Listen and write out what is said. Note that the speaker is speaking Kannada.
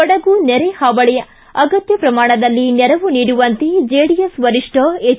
ಕೊಡಗು ನೆರೆ ಹಾವಳಿ ಅಗತ್ಯ ಪ್ರಮಾಣದಲ್ಲಿ ನೆರವು ನೀಡವಂತೆ ಜೆಡಿಎಸ್ ವರಿಷ್ಠ ಎಚ್